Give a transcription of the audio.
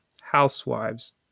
housewives